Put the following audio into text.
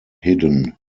hidden